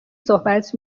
صحبت